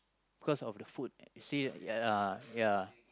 because of the food you see uh ya